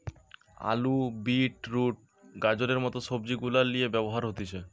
আলু, beetroot, গাজরের মত সবজি গুলার লিয়ে ব্যবহার হতিছে